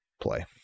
play